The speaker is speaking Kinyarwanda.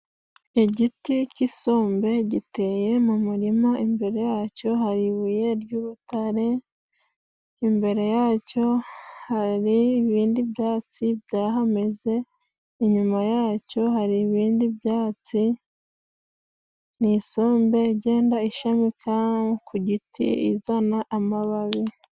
Igiti cy' isombe giteye mu murima, imbere yacyo hari ibuye ry'urutare imbere yacyo hari ibindi byatsi byahameze, inyuma yacyo hari ibindi byatsi n'isombe igenda ishamika ku giti izana amababi.